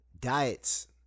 diets